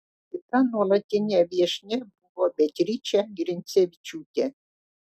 kita nuolatinė viešnia buvo beatričė grincevičiūtė